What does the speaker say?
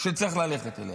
שצריך ללכת אליה.